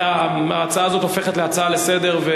ההצעה הזאת הופכת להצעה לסדר-היום,